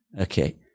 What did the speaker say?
Okay